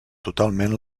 totalment